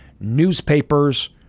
newspapers